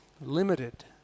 limited